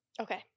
Okay